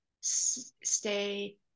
stay